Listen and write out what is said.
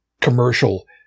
commercial